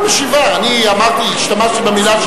היא לא משתתפת?